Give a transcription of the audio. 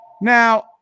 Now